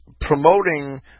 promoting